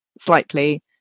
slightly